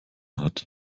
hat